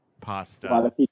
pasta